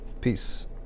peace